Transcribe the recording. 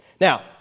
Now